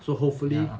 so hopefully